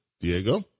Diego